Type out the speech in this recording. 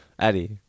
Eddie